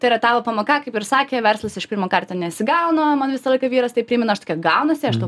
tai yra tavo pamoka kaip ir sakė verslas iš pirmo karto nesigauna o man visą laiką vyras tai primena aš tokia gaunasi aš tau